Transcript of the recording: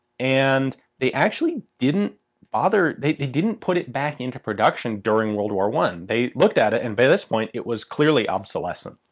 and they actually didn't bother. they they didn't put it back into production during world war one. they looked at it and by this point it was clearly obsolescent.